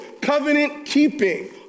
covenant-keeping